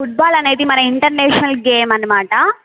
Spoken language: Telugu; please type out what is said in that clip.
ఫుట్బాల్ అనేది మన ఇంటర్నేషనల్ గేమ్ అనమాట